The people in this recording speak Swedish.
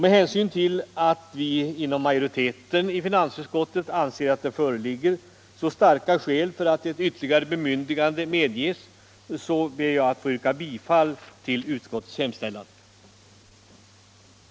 Med hänsyn till att vi inom majoriteten i finansutskottet anser att det föreligger så starka skäl för att ett yuerligare bemyndigande medges ber jag att få yrka bifall till utskottets hemställan. den det ej vill röstar nej. §4 Kommunernas ekonomi 1].